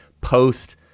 post